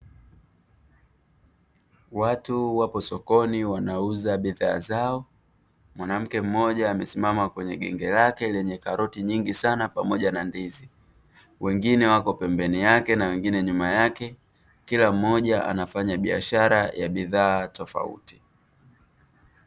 Watu wapo sokoni wanauza bidhaa zao, mwanamke mmoja amesimama kwenye genge lake lenye karoti nyingi sana pamoja na ndizi, wengine wapo pembeni yake na wengine nyuma yake kila mmoja anafanya biashara ya bidhaa tofauti.